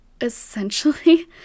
essentially